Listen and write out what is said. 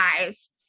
eyes